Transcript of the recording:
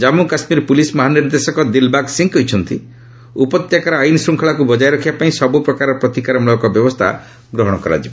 Jammu Kashmir police ମହାନିର୍ଦ୍ଦେଶକ ଦିଲବାଗ ସିଂହ କହିଛନ୍ତି ଉପତ୍ୟକାରେ ଆଇନ୍ଶ୍ଖଳାକୁ ବକାୟ ରଖିବା ପାଇଁ ସବୁ ପ୍ରକାରର ପ୍ରତିକାର ମୂଳକ ବ୍ୟବସ୍ଥା ଗ୍ରହଣ କରାଯିବ